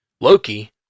loki